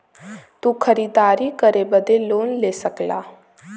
तू खरीदारी करे बदे लोन ले सकला